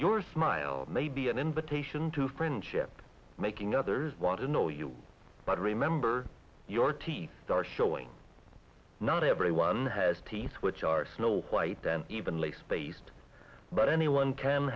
your smile may be an invitation to friendship making others want to know you but remember your teeth are showing not everyone has teeth which are snow white than evenly spaced but anyone can